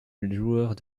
joueurs